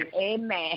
Amen